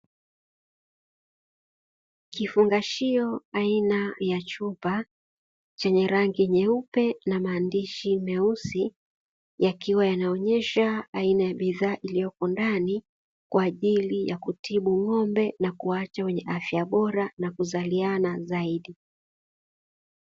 Kifungashio aina ya chupa chenye rangi nyeupe na maandishi meusi yakiwa yanaonyesha aina ya bidhaa iliyopo ndani kwa ajili ya kutibu ng'ombe na kuwaacha wenye afya bora na kuzaliana zaidi.